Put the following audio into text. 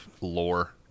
lore